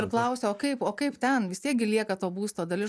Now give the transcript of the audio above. ir klausia o kaip o kaip ten vis tiek gi lieka to būsto dalis